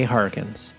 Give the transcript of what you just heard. Harkins